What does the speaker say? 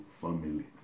family